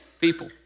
people